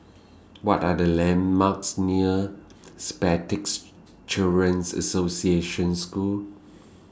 What Are The landmarks near Children's Association School